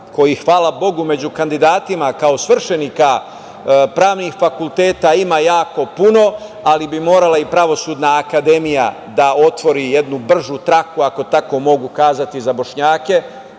kojih, hvala Bogu, među kandidatima, kao svršenika pravnih fakulteta, ima jako puno, ali bi morala i Pravosudna akademija da otvori jednu bržu traku, ako tako mogu kazati, za Bošnjake,